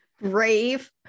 Brave